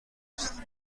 است